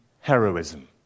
heroism